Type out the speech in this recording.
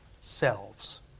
selves